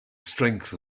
strength